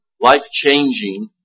life-changing